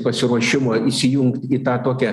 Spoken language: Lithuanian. pasiruošimo įsijungt į tą tokią